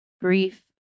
brief